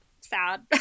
sad